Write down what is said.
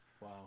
Wow